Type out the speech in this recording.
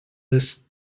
this